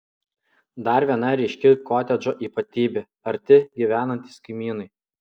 dar viena ryški kotedžo ypatybė arti gyvenantys kaimynai